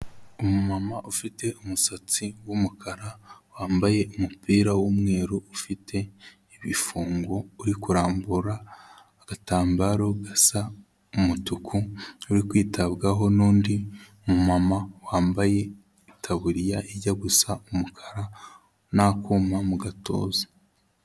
Umumama ufite umusatsi w'umukara, wambaye umupira w'umweru ufite ibifungo uri kurambura agatambaro gasa umutuku uri kwitabwaho n'undi mumama wambaye itaburiya ijya gusa umukara n'akuma mu gatuza.